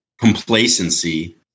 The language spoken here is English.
complacency